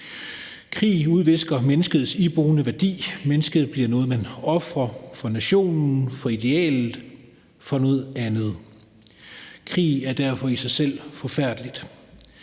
Krig udvisker menneskets iboende værdi. Mennesket bliver noget, man ofrer for nationen, for idealet, for noget andet. Krig er derfor i sig selv forfærdeligt.